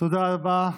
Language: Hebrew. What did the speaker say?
תודה רבה.